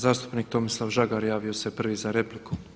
Zastupnik Tomislav Žagar javio se prvi za repliku.